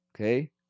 Okay